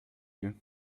jeu